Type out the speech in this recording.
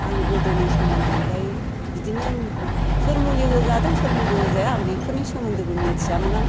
आं गोदोनि सोमोन्दैलाय बिदिनो सोर मुलि होजादों सोर मुलि होजाया आं बेफोरनि सोमोन्दोबो मिन्थियामोन आं